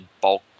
bulk